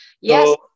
yes